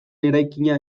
eraikina